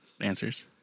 answers